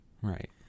Right